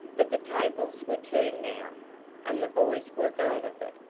but the tables were turned now and the boys were glad of it.